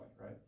right